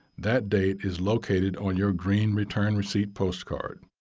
that date is located on your green return receipt postcard.